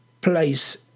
place